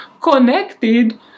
connected